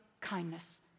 kindness